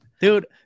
Dude